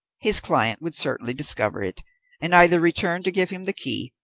his client would certainly discover it and either return to give him the key,